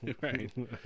Right